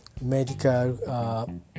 medical